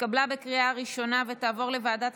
התקבלה בקריאה ראשונה ותעבור לוועדת